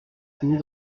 signés